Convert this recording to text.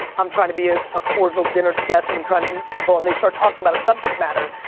i'm trying to be ah a cordial dinner guest, and i'm trying to meet people, and they start talking about a subject matter,